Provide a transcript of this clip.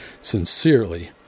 Sincerely